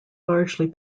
largely